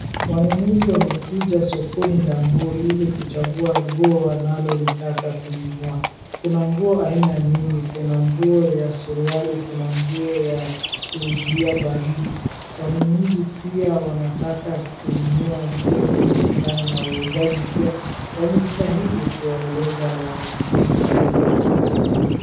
Wanunuzi wamekuja sokoni la nguo ili kuchagua nguo wanalolitaka kununua. Kuna nguo aina mingi. Kuna nguo ya suruali. Kuna nguo ya kuizuia baridi. Wanunuzi pia wanataka kununua nguo mingi sana na wauzaji pia wamejitahidi kuwaeleza wanunuzi vile watanunua hizo nguo.